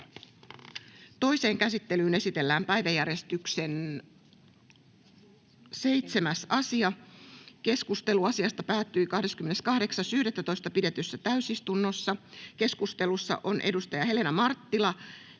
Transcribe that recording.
Toiseen käsittelyyn esitellään päiväjärjestyksen 7. asia. Keskustelu asiasta päättyi 28.11.2023 pidetyssä täysistunnossa Keskustelussa Helena Marttila